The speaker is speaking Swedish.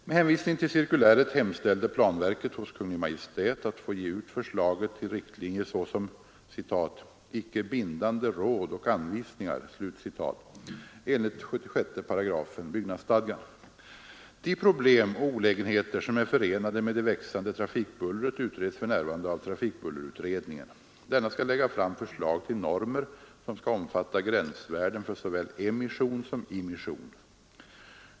Med hänvisning till cirkuläret hemställde planverket hos Kungl. Maj:t att få ge ut förslaget till riktlinjer såsom ”icke bindande råd och anvisningar” enligt 76 8 byggnadsstadgan. De problem och olägenheter som är förenade med det växande trafikbullret utreds för närvarande av trafikbullerutredningen. Denna skall lägga fram förslag till normer, som skall omfatta gränsvärden för såväl emission som immission.